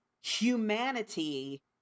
humanity